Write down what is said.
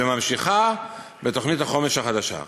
וממשיכה בתוכנית החומש החדשה.